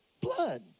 blood